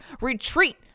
retreat